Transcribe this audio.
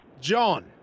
John